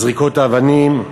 זריקות אבנים,